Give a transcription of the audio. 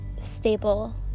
stable